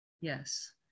Yes